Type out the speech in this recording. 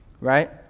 right